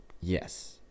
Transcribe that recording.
Yes